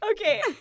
Okay